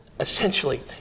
Essentially